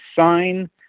sign